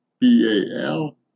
B-A-L